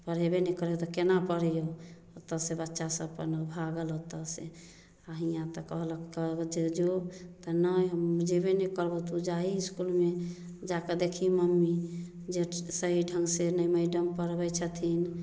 तऽ पढेबे नहि करै हौ तऽ केना पढ़ियौ ओतऽ से बच्चा सब अपन भागल ओतऽ से आ हियाँ तऽ कहलक जे जो तऽ नहि हम जेबे नहि करबऽ तू जाहि इसकुलमे जा के देखही मम्मी जे सही ढंग से नहि मैडम पढबै छथिन